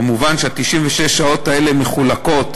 מובן ש-96 השעות האלה מחולקות: